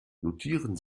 notieren